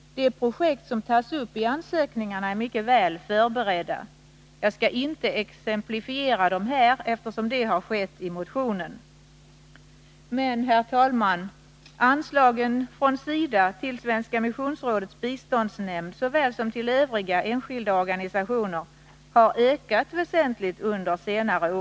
De projekt som tas upp i ansökningarna är mycket väl förberedda. Jag skall inte exemplifiera här, eftersom det har skett i motionen. Herr talman! Anslagen från SIDA till såväl Svenska missionsrådets biståndsnämnd som övriga enskilda organisationer har ökat väsentligt under senare år.